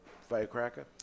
firecracker